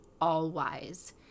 all-wise